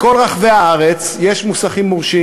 בכל רחבי הארץ יש מוסכים מורשים.